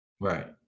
Right